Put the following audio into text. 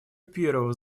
первого